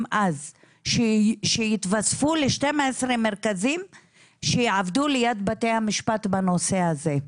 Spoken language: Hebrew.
אז שיתווספו ל-12 מרכזים שיעבדו ליד בתי המשפט בנושא הזה.